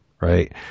right